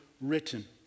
written